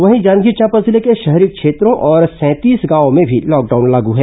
वहीं जांजगीर चांपा जिले के शहरी क्षेत्रों और सैंतीस गांवों में भी लॉकडाउन लागू है